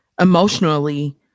emotionally